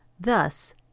Thus